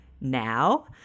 now